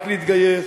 רק להתגייס,